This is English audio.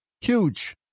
huge